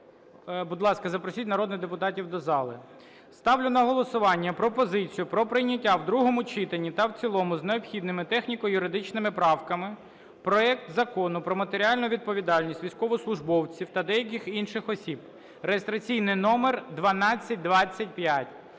Будь ласка, запросіть народних депутатів до зали. Ставлю на голосування пропозицію про прийняття в другому читані та в цілому з необхідними техніко-юридичними правками проект Закону про матеріальну відповідальність військовослужбовців та деяких інших осіб (реєстраційний номер 1225).